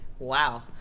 Wow